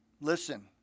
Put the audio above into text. Listen